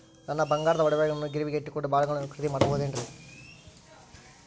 ನನ್ನ ಬಂಗಾರದ ಒಡವೆಗಳನ್ನ ಗಿರಿವಿಗೆ ಇಟ್ಟು ಬಾಂಡುಗಳನ್ನ ಖರೇದಿ ಮಾಡಬಹುದೇನ್ರಿ?